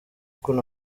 kun